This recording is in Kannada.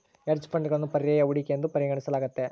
ಹೆಡ್ಜ್ ಫಂಡ್ಗಳನ್ನು ಪರ್ಯಾಯ ಹೂಡಿಕೆ ಎಂದು ಪರಿಗಣಿಸಲಾಗ್ತತೆ